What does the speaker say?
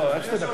איך שתי דקות?